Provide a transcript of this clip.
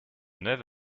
neuve